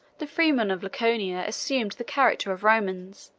the freemen of laconia assumed the character of romans,